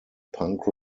punk